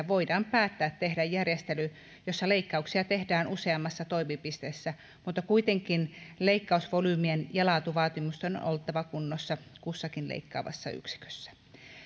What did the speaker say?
voidaan päättää tehdä järjestely jossa leikkauksia tehdään useammassa toimipisteessä mutta kuitenkin leikkausvolyymien ja laatuvaatimusten on oltava kunnossa kussakin leikkaavassa yksikössä